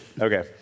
Okay